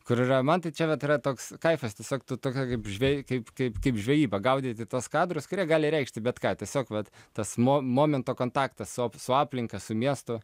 kur yra man tai čia vat yra toks kaifas tiesiog tu tokia kaip žvej kaip kaip kaip žvejyba gaudyti tuos kadrus kurie gali reikšti bet ką tiesiog vat tas mo momento kontaktas su op aplinka su miestu